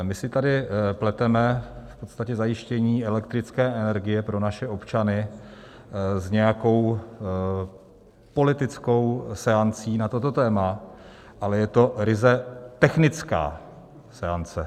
My si tady pleteme v podstatě zajištění elektrické energie pro naše občany s nějakou politickou seancí na toto téma, ale je to ryze technická seance.